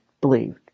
believed